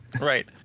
Right